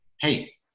hey